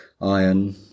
iron